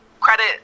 credit